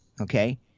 Okay